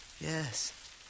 Yes